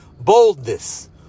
boldness